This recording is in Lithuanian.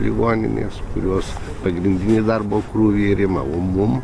ligoninės kurios pagrindinį darbo krūvį ir ima o mum